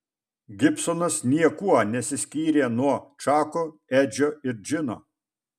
gibsonas niekuo nesiskyrė nuo čako edžio ir džino